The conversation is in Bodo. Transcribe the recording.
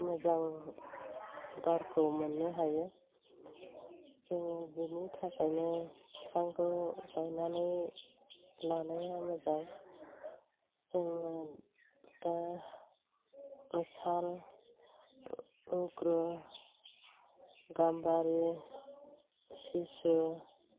मोजां बारखौ मोननो हायो जोङो बिनि थाखायनो बिफांखौ गायनानै लानाया मोजां जोङो दा साल अग्रु गाम्बारि सिसु